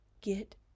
Get